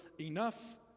enough